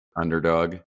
underdog